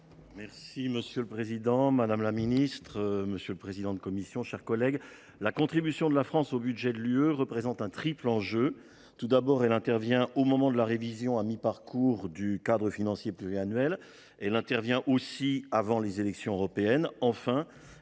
Fernique. Monsieur le président, madame la secrétaire d’État, mes chers collègues, la contribution de la France au budget de l’Union européenne représente un triple enjeu. Tout d’abord, elle intervient au moment de la révision à mi parcours du cadre financier pluriannuel. Elle intervient aussi avant les élections européennes.